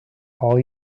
all